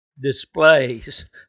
displays